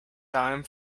time